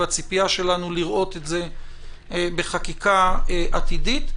והציפייה שלנו לראות את זה בחקיקה עתידית.